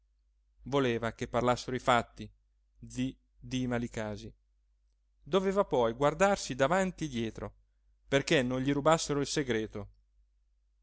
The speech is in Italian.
voleva che parlassero i fatti zi dima licasi doveva poi guardarsi davanti e dietro perché non gli rubassero il segreto